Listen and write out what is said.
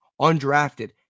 undrafted